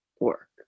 work